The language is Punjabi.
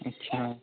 ਅੱਛਾ